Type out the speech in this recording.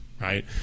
right